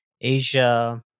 Asia